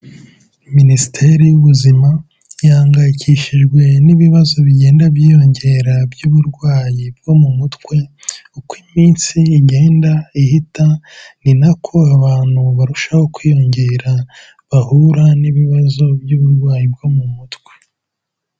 Minisiteri y'Ubuzima, Ihangayikishijwe n'ibibazo bigenda byiyongera by'uburwayi bwo mu mutwe, uko iminsi igenda ihita, ni na ko abantu barushaho kwiyongera, bahura n'ibibazo by'uburwayi bwo mu mutwe.